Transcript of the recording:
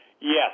Yes